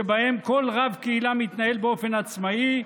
שבהן כל רב קהילה מתנהל באופן עצמאי,